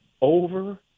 over